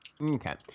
Okay